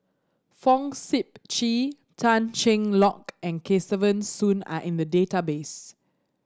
Fong Sip Chee Tan Cheng Lock and Kesavan Soon are in the database